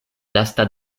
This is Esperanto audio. lasta